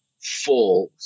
full